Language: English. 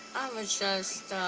i was just.